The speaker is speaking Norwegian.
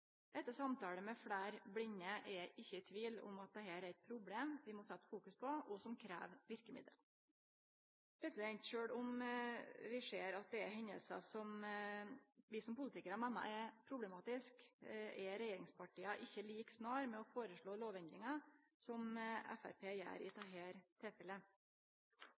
Etter samtale med fleire blinde er eg ikkje i tvil om at dette er eit problem vi må setje i fokus, og som krev verkemiddel. Sjølv om vi ser at det er hendingar som vi som politikarar meiner er problematiske, er regjeringspartia ikkje like snare med å foreslå lovendringar som Framstegspartiet gjer i dette tilfellet. Det